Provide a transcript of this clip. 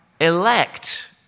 elect